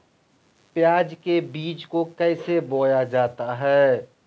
प्याज के बीज को कैसे बोया जाता है?